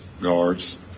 guards